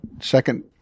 second